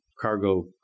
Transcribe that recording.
cargo